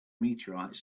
meteorites